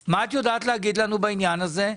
מה אתם יודעים להגיד לנו בעניין הזה?